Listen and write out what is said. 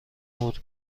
نور